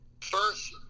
first